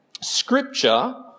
Scripture